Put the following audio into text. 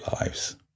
lives